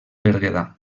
berguedà